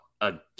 again